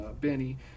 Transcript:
benny